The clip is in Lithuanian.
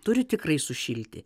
turi tikrai sušilti